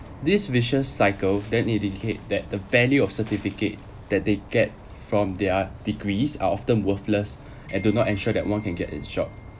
this vicious cycle then indicate that the value of certificate that they get from their degrees are often worthless and do not ensure that one can get a job